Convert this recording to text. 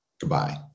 goodbye